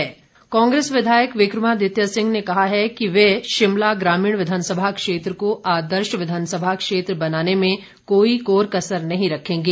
विक्रमादित्य सिंह कांग्रेस विधायक विक्रमादित्य सिंह ने कहा है कि वह शिमला ग्रामीण विधानसभा क्षेत्र को आदर्श विधानसभा क्षेत्र बनाने में कोई कोर कसर नहीं रखेंगे